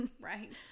right